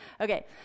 Okay